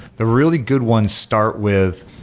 the really good ones start with,